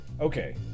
Okay